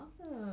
awesome